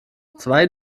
zwei